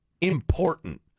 important